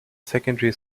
secondary